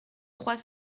trois